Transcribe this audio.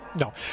no